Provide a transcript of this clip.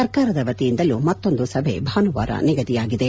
ಸರ್ಕಾರದ ವತಿಯಿಂದಲೂ ಮತ್ತೊಂದು ಸಭೆ ಭಾನುವಾರ ನಿಗದಿಯಾಗಿದೆ